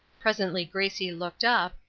presently gracie looked up,